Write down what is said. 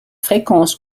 fréquence